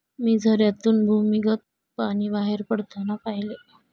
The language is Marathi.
मी झऱ्यातून भूमिगत पाणी बाहेर पडताना पाहिले